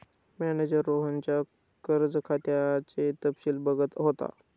manager रोहनच्या कर्ज खात्याचे तपशील बघत होता